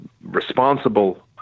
responsible